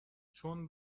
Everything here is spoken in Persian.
چون